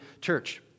church